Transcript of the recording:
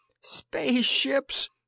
Spaceships